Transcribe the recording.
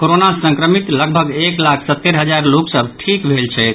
corona संक्रमित लगभग एक लाख सत्तरि हजार लोक सभ ठीक भेल छथि